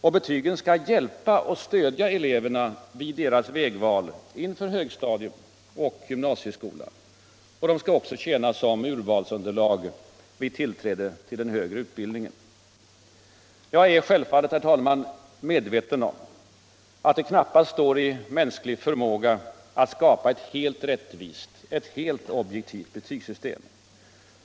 Och betygen skall hjälpa och stödja eleverna vid deras vägval inför högstadium och gymnasieskola och även tjäna som urvalsunderlag vid tillträde till den högre utbildningen. Jag är självfallet, herr talman, medveten om att det knappast står i mänsklig förmåga att skapa ett helt rättvist, ett helt objektivt betygssystem.